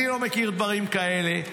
אני לא מכיר דברים כאלה.